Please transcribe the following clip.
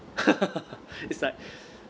it's like